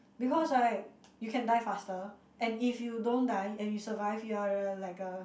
because right you can die faster and if you don't die and you survive you are a like a